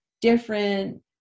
different